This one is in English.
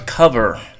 Cover